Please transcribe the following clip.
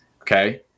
okay